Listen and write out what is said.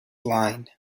line